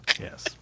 Yes